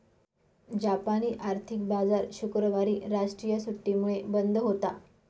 जापानी आर्थिक बाजार शुक्रवारी राष्ट्रीय सुट्टीमुळे बंद होता